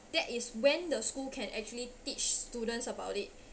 that is when the school can actually teach students about it